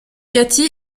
cathy